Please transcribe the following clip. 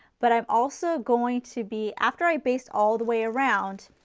but i'm also going to be after i baste all the way around,